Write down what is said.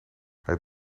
hij